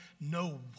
No